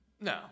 No